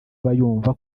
abayumva